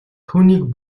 түүнийг